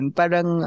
parang